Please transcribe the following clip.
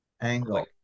angle